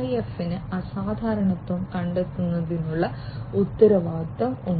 EIF ന് അസാധാരണത്വം കണ്ടെത്തുന്നതിനുള്ള ഉത്തരവാദിത്തവും ഉണ്ട്